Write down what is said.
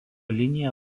linija